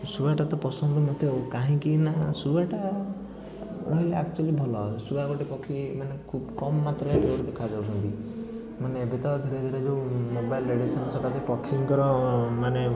ଶୁଆଟା ତ ପସନ୍ଦ ମୋତେ ଆଉ କାହିଁକି ନା ଶୁଆଟା ରହିଲେ ଆକ୍ଚୁଆଲି ଭଲ ଶୁଆ ଗୋଟେ ପକ୍ଷୀ ମାନେ ଖୁବ୍ କମ୍ ମାତ୍ରାରେ ଦେଖାଯାଉଛନ୍ତି ମାନେ ଏବେ ତ ଧୀରେ ଧୀରେ ଯେଉଁ ମୋବାଇଲ୍ ରେଡ଼ିଏସନ୍ ସକାଶେ ପକ୍ଷୀଙ୍କର ମାନେ